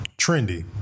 trendy